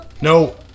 No